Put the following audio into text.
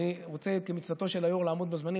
אני רוצה, כמצוותו של היו"ר, לעמוד בזמנים.